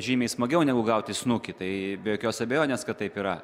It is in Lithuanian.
žymiai smagiau negu gaut į snukį tai be jokios abejonės kad taip yra